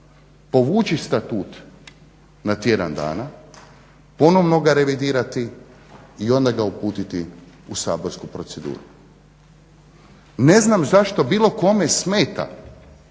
povući statut na tjedan dana, ponovno ga revidirati i onda ga uputiti u saborsku proceduru. Ne znam zašto bilo kome smeta